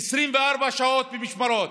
24 שעות במשמרות.